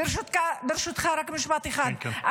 ברשותך רק משפט אחד.